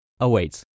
awaits